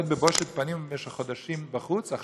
להיות בבושת פנים במשך חודשים בחוץ,